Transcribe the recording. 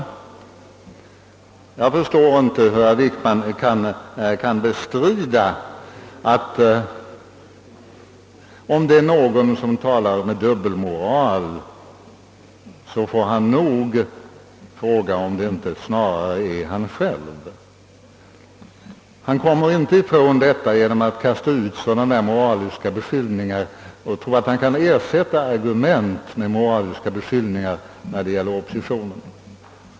Jag förstår inte att herr Wickman kan bestrida att det är han som bör fråga sig om han företräder en dubbelmoral. Han kommer inte ifrån denna fråga genom att kasta ut moraliska beskyllningar mot oppositionen i tron att dessa kan ersätta argument.